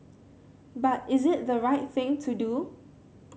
but is it the right thing to do